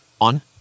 on